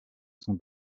son